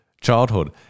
childhood